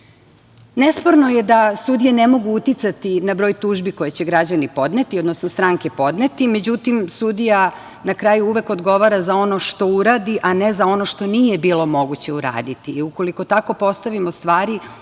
66.Nesporno je da sudije ne mogu uticati na broj tužbi koje će građani podneti, odnosno stranke podneti. Međutim, sudija na kraju uvek odgovara za ono što uradi, a ne za ono što nije bilo moguće uraditi. Ukoliko tako postavimo stvari,